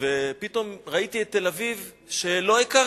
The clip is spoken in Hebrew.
פתאום ראיתי את תל-אביב שלא הכרתי.